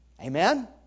Amen